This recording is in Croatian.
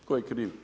Tko je kriv?